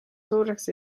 suureks